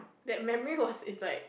that memory was is like